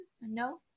No